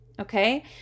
okay